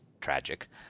tragic